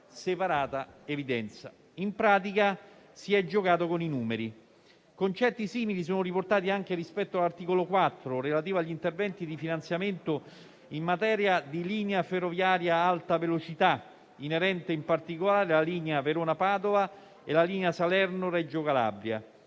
separata evidenza». In pratica si è giocato con i numeri. Concetti simili sono riportati anche rispetto all'articolo 4, relativo agli interventi di finanziamento in materia di linea ferroviaria ad alta velocità, inerente in particolare la linea Verona-Padova e la linea Salerno-Reggio Calabria.